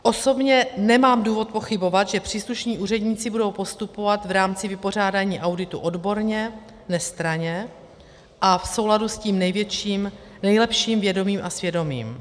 Osobně nemám důvod pochybovat, že příslušní úředníci budou postupovat v rámci vypořádání auditu odborně, nestranně a v souladu s tím nejlepším vědomím a svědomím.